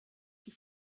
die